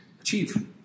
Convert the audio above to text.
achieve